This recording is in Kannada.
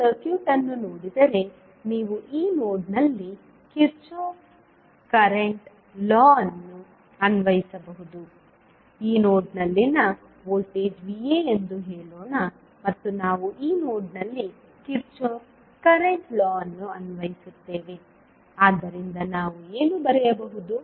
ನೀವು ಸರ್ಕ್ಯೂಟ್ ಅನ್ನು ನೋಡಿದರೆ ನೀವು ಈ ನೋಡ್ನಲ್ಲಿ ಕಿರ್ಚಾಫ್ ಕರೆಂಟ್ ಲಾ ಅನ್ನು ಅನ್ವಯಿಸಬಹುದು ಈ ನೋಡ್ನಲ್ಲಿನ ವೋಲ್ಟೇಜ್ Va ಎಂದು ಹೇಳೋಣ ಮತ್ತು ನಾವು ಈ ನೋಡ್ನಲ್ಲಿ ಕಿರ್ಚಾಫ್ ಕರೆಂಟ್ ಲಾ ಅನ್ನು ಅನ್ವಯಿಸುತ್ತೇವೆ ಆದ್ದರಿಂದ ನಾವು ಏನು ಬರೆಯಬಹುದು